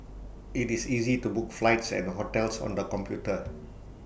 IT is easy to book flights and hotels on the computer